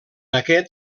aquest